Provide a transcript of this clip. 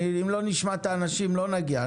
אם לא נשמע את האנשים, לא נגיע.